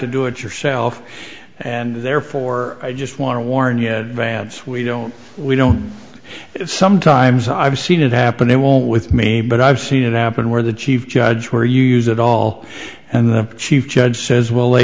to do it yourself and therefore i just want to warn you vance we don't we don't sometimes i've seen it happen it will with me but i've seen it happen where the chief judge where you use it all and the chief judge says well they